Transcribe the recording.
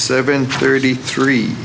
seven thirty three